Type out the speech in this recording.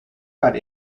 got